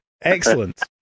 Excellent